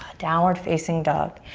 downward facing dog.